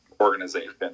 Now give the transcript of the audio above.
organization